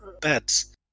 beds